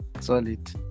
Solid